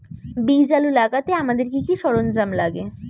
বীজ আলু লাগাতে আমাদের কি কি সরঞ্জাম লাগে?